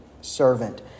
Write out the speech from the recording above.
servant